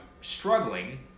struggling